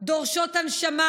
דורשות הנשמה,